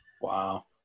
Wow